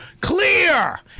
clear